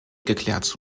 geklärt